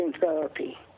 therapy